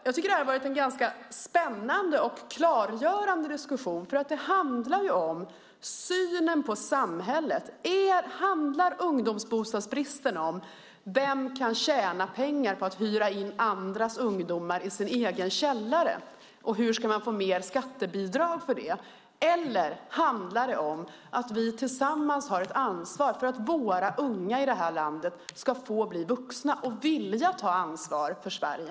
Jag tycker att det här har varit en spännande och klargörande diskussion. Det handlar om synen på samhället. Handlar ungdomsbostadsbristen om vem som kan tjäna pengar på att hyra in andras ungdomar i sin källare och hur man ska få mer skattebidrag för det eller handlar det om att vi tillsammans har ett ansvar för att våra unga ska få bli vuxna och vilja ta ansvar för Sverige?